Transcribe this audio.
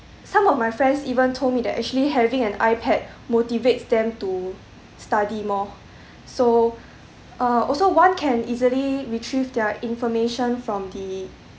some of my friends even told me that actually having an ipad motivates them to study more so uh also one can easily retrieve their information from the